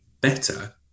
better